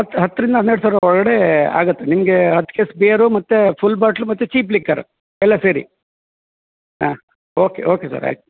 ಹತ್ತು ಹತ್ತರಿಂದ ಹನ್ನೆರಡು ಸಾವಿರ ಒಳಗಡೇ ಆಗುತ್ತೆ ನಿಮಗೆ ಹತ್ತು ಕೇಸ್ ಬಿಯರು ಮತ್ತು ಫುಲ್ ಬಾಟ್ಲು ಮತ್ತು ಚೀಪ್ ಲಿಕ್ಕರ್ ಎಲ್ಲ ಸೇರಿ ಹಾಂ ಓಕೆ ಓಕೆ ಸರ್ ಆಯ್ತು